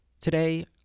Today